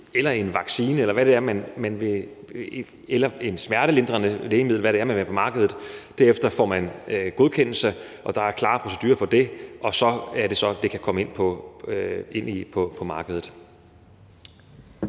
en vaccine, et smertelindrende lægemiddel, eller hvad det er, man vil have på markedet. Derefter får man godkendelse, og der er klare procedurer for det, og så er det, at det kan komme ind på markedet.